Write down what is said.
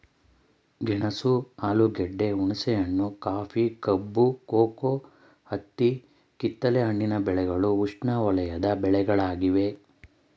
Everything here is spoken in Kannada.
ಗೆಣಸು ಆಲೂಗೆಡ್ಡೆ, ಹುಣಸೆಹಣ್ಣು, ಕಾಫಿ, ಕಬ್ಬು, ಕೋಕೋ, ಹತ್ತಿ ಕಿತ್ತಲೆ ಹಣ್ಣಿನ ಬೆಳೆಗಳು ಉಷ್ಣವಲಯದ ಬೆಳೆಗಳಾಗಿವೆ